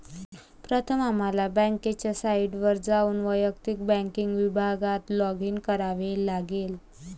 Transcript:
प्रथम आम्हाला बँकेच्या साइटवर जाऊन वैयक्तिक बँकिंग विभागात लॉगिन करावे लागेल